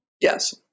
Yes